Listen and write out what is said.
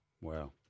Wow